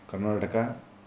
Karnataka